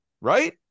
Right